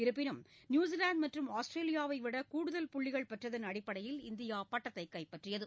இருப்பினும் நியூசிலாந்து மற்றும் ஆஸ்திரேலியாவை விட கூடுதல் புள்ளிகள் பெற்றதன் அடிப்படையில் இந்தியா பட்டத்தை கைப்பற்றியது